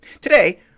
Today